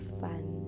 fun